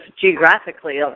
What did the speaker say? geographically